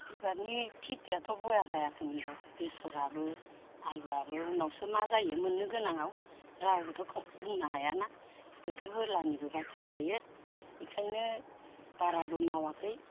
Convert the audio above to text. इबारनि खिथियाथ' बया जायाखैमोनर' बेसराबो आलुआबो उनावसो मा जायो मोननो गोनाङाव रावबोथ' बुंनो हायाना बोथोर बोलानिबो बाथ्रा थायो एखायनो बाराबो मावाखै